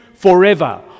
forever